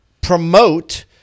promote